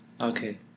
Okay